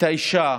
את האישה,